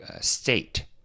state